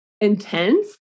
intense